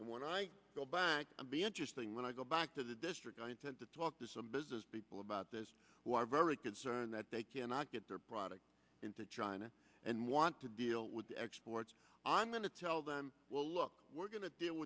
and when i go back and be interesting when i go back to the district i intend to talk to some business people about this who are very concerned that they cannot get their product into china and want to deal with exports i'm going to tell them well look we're going to deal